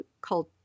called